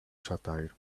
satire